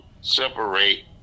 separate